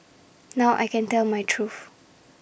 now I can tell my truth